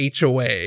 HOA